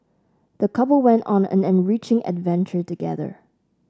the couple went on an enriching adventure together